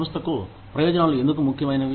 సంస్థకు ప్రయోజనాలు ఎందుకు ముఖ్యమైనవి